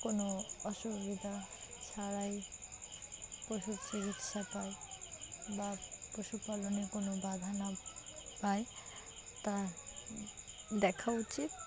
কোনো অসুবিধা ছাড়াই পশুর চিকিৎসা পায় বা পশুপালনে কোনো বাধা না পায় তা দেখা উচিত